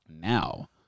now